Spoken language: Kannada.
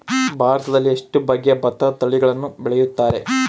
ಭಾರತದಲ್ಲಿ ಎಷ್ಟು ಬಗೆಯ ಭತ್ತದ ತಳಿಗಳನ್ನು ಬೆಳೆಯುತ್ತಾರೆ?